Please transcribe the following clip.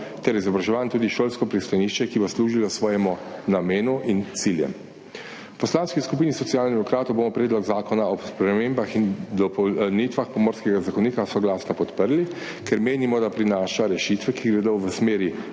ter izobraževanja tudi šolsko pristanišče, ki bo služilo svojemu namenu in ciljem. V Poslanski skupini Socialnih demokratov bomo Predlog zakona o spremembah in dopolnitvah Pomorskega zakonika soglasno podprli, ker menimo, da prinaša rešitve, ki gredo v smeri